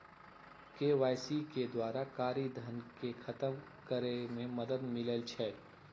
KYC के द्वारा कारी धन के खतम करए में मदद मिलइ छै